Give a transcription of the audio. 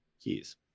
keys